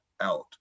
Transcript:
out